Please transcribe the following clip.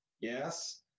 Yes